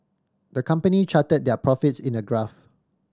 the company charted their profits in a graph